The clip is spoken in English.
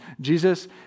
Jesus